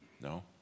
no